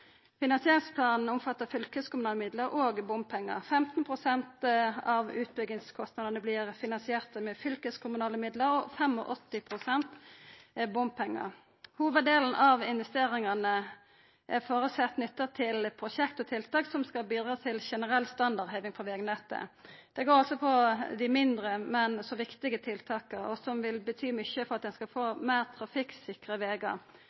Finansieringsplanen omfattar fylkeskommunale midlar og bompengar. 15 pst. av utbyggingskostnadene vert finansierte med fylkeskommunale midlar, og 85 pst. med bompengar. Hovuddelen av investeringane er føresett nytta til prosjekt og tiltak som skal bidra til generell standardheving på vegnettet. Det går altså på dei mindre, men òg viktige tiltaka, som vil bety mykje for at ein skal få meir trafikksikre vegar.